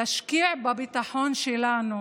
תשקיע בביטחון שלנו